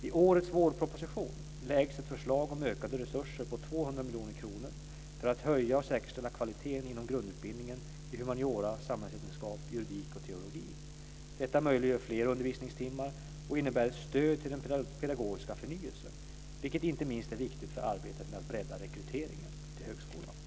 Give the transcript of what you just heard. I årets vårproposition läggs ett förslag fram om ökade resurser på 200 miljoner kronor för att höja och säkerställa kvaliteten inom grundutbildningen i humaniora, samhällsvetenskap, juridik och teologi. Detta möjliggör fler undervisningstimmar och innebär ett stöd till den pedagogiska förnyelsen, vilket inte minst är viktigt för arbetet med att bredda rekryteringen till högskolan.